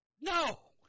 No